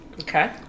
Okay